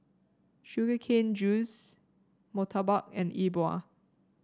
Sugar Cane Juice murtabak and E Bua